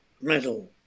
metal